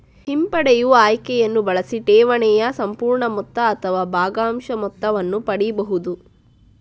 ಹಿಂಪಡೆಯುವ ಆಯ್ಕೆಯನ್ನ ಬಳಸಿ ಠೇವಣಿಯ ಸಂಪೂರ್ಣ ಮೊತ್ತ ಅಥವಾ ಭಾಗಶಃ ಮೊತ್ತವನ್ನ ಪಡೀಬಹುದು